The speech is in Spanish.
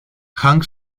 hank